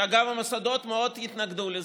שהמוסדות התנגדו לו מאוד,